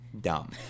dumb